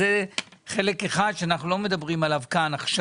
אבל על זה אנחנו לא מדברים עכשיו.